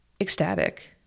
ecstatic